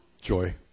joy